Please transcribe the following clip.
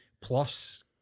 plus